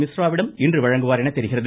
மிஸ்ராவிடம் இன்று வழங்குவார் எனத் தெரிகிறது